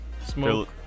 smoke